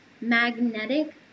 magnetic